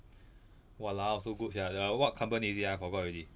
!walao! so good sia what company is it ah forgot already